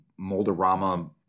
moldorama